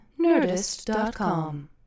Nerdist.com